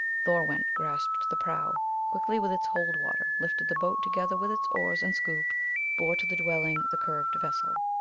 thor went, grasped the prow quickly with its hold-water, lifted the boat together with its oars and scoop bore to the dwelling the curved vessel.